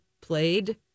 played